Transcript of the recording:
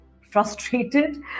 frustrated